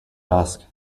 dusk